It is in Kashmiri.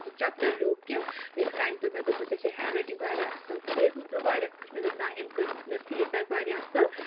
چَپٹَر لیوٗکھ کہِ أکۍ فرٛٮ۪نٛڈِ دوٚپ مےٚ دوٚپُن ژےٚ چھے ہینٛڈ رایٹِنٛگ واریاہ اَصٕل بہٕ گٔیَس مطلب واریاہ خۄش مےٚ دوٚپ نَہ أمۍ کٔرۍ دیُت مےٚ فیٖڈ بیک واریاہ اَصٕل